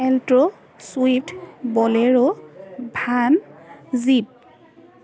alto swift bolero van jeep